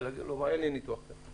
אין לי ניתוח כזה.